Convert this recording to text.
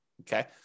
Okay